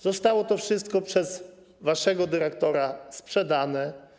Zostało to wszystko przez waszego dyrektora sprzedane.